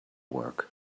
work